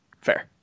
Fair